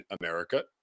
America